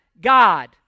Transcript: God